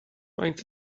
faint